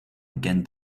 again